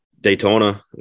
Daytona